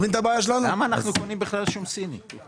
ההסכם הקואליציוני שלנו אומר